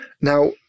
Now